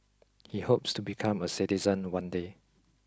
he hopes to become a citizen one day